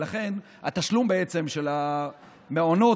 ולכן התשלום של המעונות,